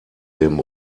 dem